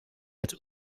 het